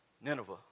Nineveh